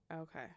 Okay